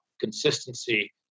consistency